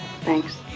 Thanks